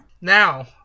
Now